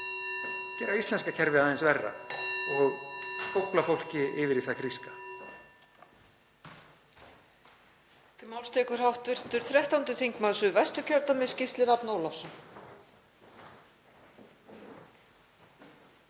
gera íslenska kerfið aðeins verra og skófla fólki yfir í það gríska.